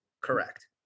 Correct